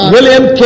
William